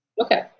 Okay